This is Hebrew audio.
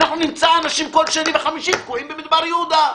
נמצא אנשים כל שני וחמישי תקועים במדבר יהודה,